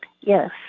Yes